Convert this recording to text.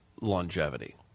longevity